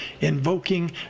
invoking